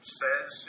says